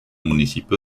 municipio